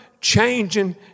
changing